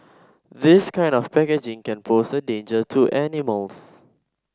this kind of packaging can pose a danger to animals